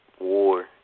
war